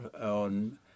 on